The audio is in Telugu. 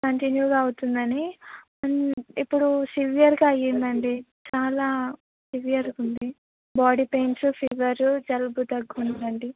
కంటిన్యూగా అవుతుందని ఇప్పుడు సివియర్గా అయ్యిందండి చాలా సివియర్గా ఉంది బాడీ పెయిన్స్ ఫీవరు జలుబు దగ్గు ఉందండి